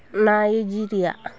Nigeria